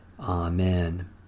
Amen